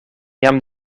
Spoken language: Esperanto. jam